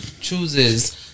chooses